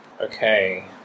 Okay